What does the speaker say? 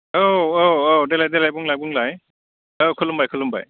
औ औ औ देलाय देलाय बुंलाय बुंलाय औ खुलुमबाय खुलुमबाय